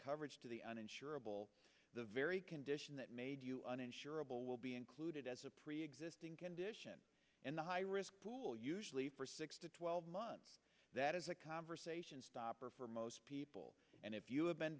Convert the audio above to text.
coverage to the uninsured the very condition that made you uninsurable will be included as a preexisting condition in the high risk pool usually for six to twelve months that is a conversation stopper for most people and if you have been